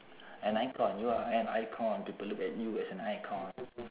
an icon you are an icon people look at you as an icon